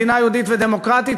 מדינה יהודית ודמוקרטית,